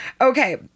Okay